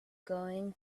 going